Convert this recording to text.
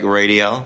radio